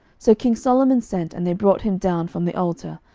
so king solomon sent, and they brought him down from the altar.